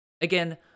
Again